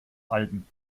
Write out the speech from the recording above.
alben